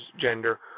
gender